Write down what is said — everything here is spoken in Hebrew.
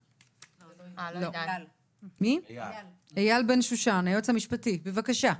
אייל בן שושן, היועץ המשפטי, בבקשה.